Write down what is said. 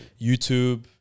YouTube